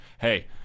hey